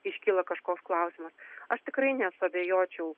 iškyla kažkoks klausimas aš tikrai nesuabejočiau